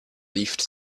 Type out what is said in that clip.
leafed